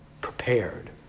prepared